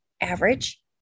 average